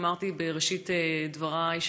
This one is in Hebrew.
אמרתי בראשית דברי,